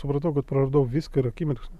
supratau kad praradau viską ir akimirksniu